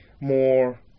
more